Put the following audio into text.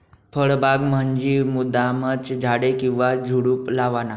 फळबाग म्हंजी मुद्दामचं झाडे किंवा झुडुप लावाना